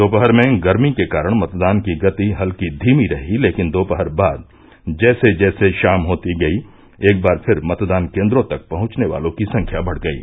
दोपहर में गर्मी के कारण मतदान की गति हल्की धीमी रही लेकिन दोपहर बाद जैसे जैसे षाम होती गयी एक बार फिर मतदान केन्द्रों तक पहुंचने वालों की संख्या बढ़ गयी